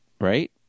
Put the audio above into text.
right